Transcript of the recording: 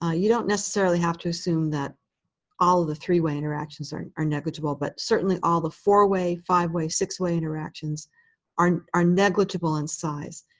ah you don't necessarily have to assume that all of the three-way interactions are are negligible, but certainly, all the four-way, five-way, six-way interactions are are negligible in size.